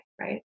right